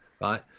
Right